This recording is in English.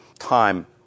time